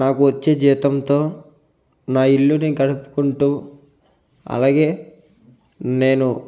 నాకోచ్చే జీతంతో నా ఇల్లు నేను గడుపుకుంటూ అలాగే నేను